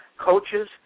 coaches